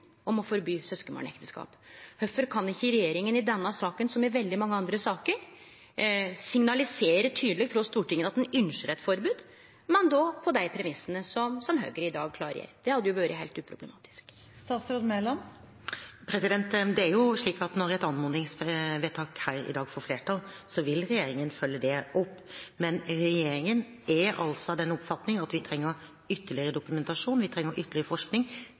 forby søskenbarnekteskap. Kvifor kan ikkje regjeringa i denne saka, som i veldig mange andre saker, signalisere tydeleg frå Stortinget at ein ynskjer eit forbod, men då på dei premissane som Høgre i dag klargjer? Det hadde jo vore heilt uproblematisk. Det er jo slik at når et anmodningsvedtak – som her i dag – får flertall, vil regjeringen følge det opp. Men regjeringen er altså av den oppfatning at vi trenger ytterligere dokumentasjon, vi